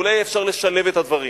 ואולי אפשר לשלב את הדברים.